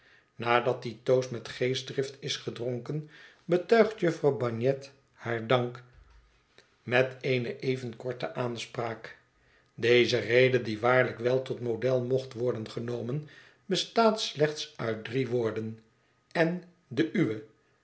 nadat die toast met geestdrift is gedronken betuigt jufvrouw bagnet haar dank met eene even korte aanspraak deze rede die waarlijk wel tot model mocht worden genomen bestaat slechts uit drie woorden en de uwe